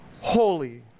holy